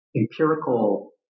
empirical